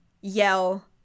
yell